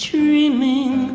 Dreaming